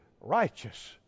righteous